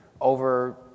over